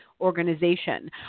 organization